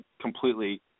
completely